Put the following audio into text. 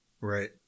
right